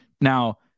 Now